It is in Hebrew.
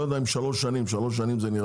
אני לא יודע אם שלוש שנים שלוש שנים נראה